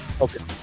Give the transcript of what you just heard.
okay